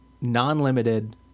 non-limited